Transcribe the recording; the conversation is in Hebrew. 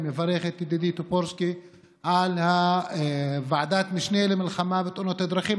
אני מברך את ידידי טופורובסקי על ועדת המשנה למלחמה בתאונות הדרכים,